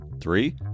Three